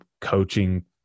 coaching